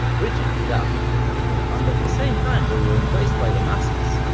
bridging the gap. and at the same time they were embraced by the masses,